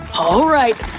alright,